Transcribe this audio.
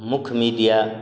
मुख्य मीडिया